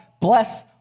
bless